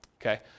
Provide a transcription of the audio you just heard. okay